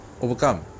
Overcome